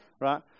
right